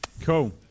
Cool